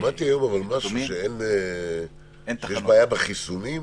שמעתי היום שיש בעיה בחיסונים.